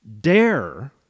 dare